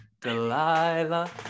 delilah